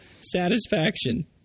satisfaction